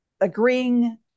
agreeing